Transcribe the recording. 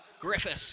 Griffiths